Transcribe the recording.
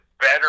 better